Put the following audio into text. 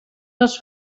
dels